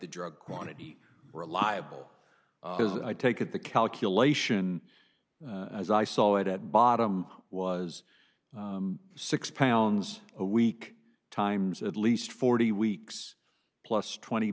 the drug quantity reliable as i take it the calculation as i saw it at bottom was six pounds a week times at least forty weeks plus twenty